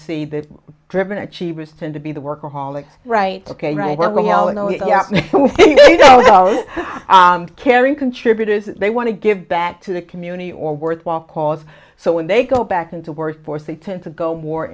see that driven achievers tend to be the workaholic right ok do you go with caring contributors they want to give back to the community or worthwhile cause so when they go back into work force they tend to go more